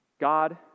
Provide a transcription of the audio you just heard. God